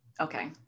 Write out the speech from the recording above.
okay